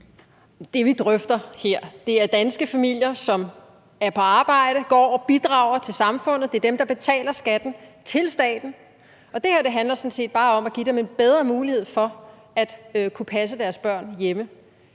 Det, vi drøfter her, er danske familier, som er på arbejde og går og bidrager til samfundet, og det er dem, der betaler skatten til staten, og det her handler sådan set bare om at give dem en bedre mulighed for at kunne passe deres børn hjemme.